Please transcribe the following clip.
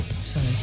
sorry